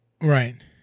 right